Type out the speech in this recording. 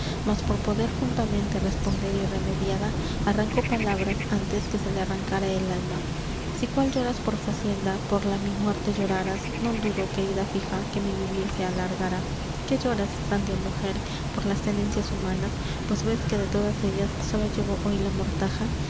mas por poder juntamente responder y remediada arrancó palabras antes que se le arrancara el alma si cual lloras por facienda por la mi muerte lloraras non dudo querida fija que mi vivir se alargara qué lloras sandia mujer por las tenencias humanas pues ves que de todas ellas sólo llevo hoy la mortaja